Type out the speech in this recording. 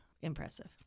Impressive